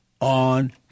on